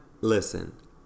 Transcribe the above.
Listen